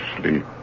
sleep